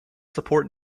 support